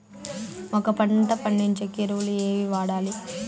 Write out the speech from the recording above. ఒక పంట పండించేకి ఎరువులు ఏవి వాడాలి?